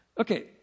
okay